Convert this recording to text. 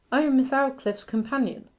i am miss aldclyffe's companion.